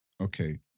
Okay